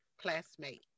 classmate